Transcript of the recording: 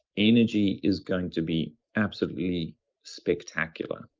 energy is going to be absolutely spectacular.